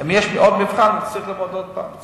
אם יש עוד מבחן, צריך לעבוד עוד פעם קצת,